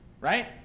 right